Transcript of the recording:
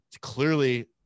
clearly